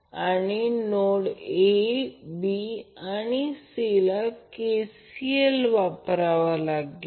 त्याचप्रमाणे bc ca साठी आपल्याला ते मिळेल